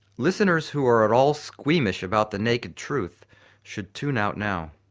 listeners who are at all squeamish about the naked truth should tune out now.